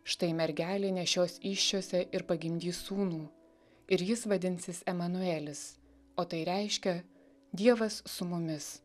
štai mergelė nešios įsčiose ir pagimdys sūnų ir jis vadinsis emanuelis o tai reiškia dievas su mumis